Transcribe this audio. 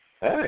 Hey